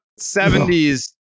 70s